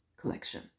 collection